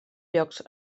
llocs